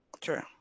True